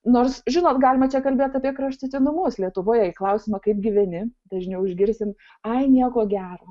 nors žinot galima čia kalbėt apie kraštutinumus lietuvoje į klausimą kaip gyveni dažniau išgirsim ai nieko gero